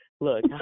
Look